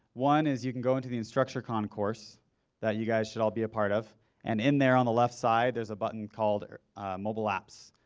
one is you can go into the instructurecon course that you guys should all be a part of and in there on the left side, there's a button called ah mobile apps,